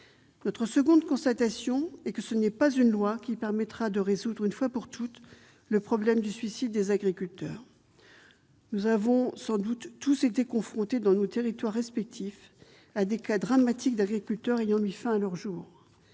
Notre seconde constatation est que ce n'est pas une loi qui permettra de résoudre, une fois pour toutes, le problème du suicide des agriculteurs. Nous avons tous été confrontés, sans doute, dans nos territoires respectifs, à des cas tragiques d'agriculteurs ayant mis fin à leur jour.